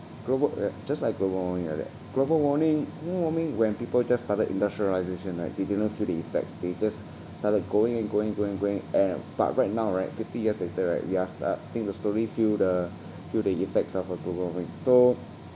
global uh just like global warming like that global warning global warming when people just started industrialisation right they did not feel the effect they just started going and going going going and but right now right fifty years later right we are starting to slowly feel the feel the effects of a global warming so